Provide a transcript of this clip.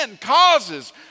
causes